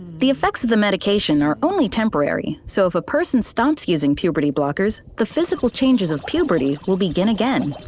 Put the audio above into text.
the effects of the medication are only temporary, so if a person stops using puberty blockers, the physical changes of puberty will begin again.